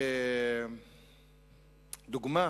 לדוגמה